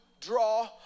draw